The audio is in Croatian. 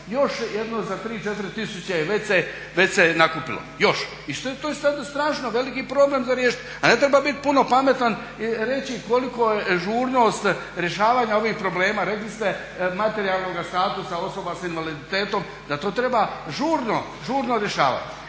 još jedno za 3, 4 tisuće već se nakupilo još. I to je sad strašno veliki problem za riješiti a ne treba biti puno pametan i reći koliko je žurnost rješavanja ovih problema, rekli ste materijalnoga statusa osoba sa invaliditetom da to treba žurno rješavati.